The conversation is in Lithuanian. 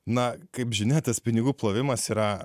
na kaip žinia tas pinigų plovimas yra